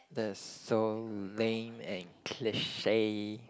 that's so lame and cliche